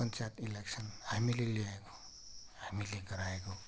panchayat election हामीले ल्याएको हामीले गराएको